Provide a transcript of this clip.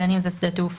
בין אם זה שדה תעופה,